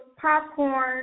popcorn